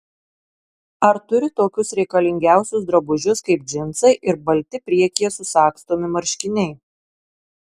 ar turi tokius reikalingiausius drabužius kaip džinsai ir balti priekyje susagstomi marškiniai